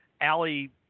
Allie